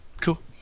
Cool